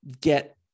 get